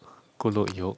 gu lou yok